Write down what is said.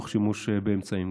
גם תוך שימוש באמצעים.